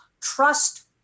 Trust